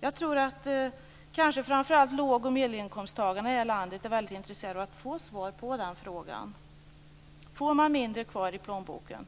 Jag tror att kanske framför allt låg och medelinkomsttagarna i det här landet är väldigt intresserade av att få svar på den frågan. Får man mindre kvar i plånboken